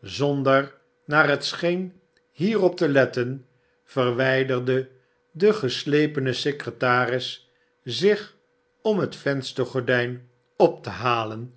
zonder naar het scheen hierop te letten verwijderde de geslepene secretaris zich om het venstergordijn op te halen